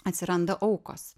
atsiranda aukos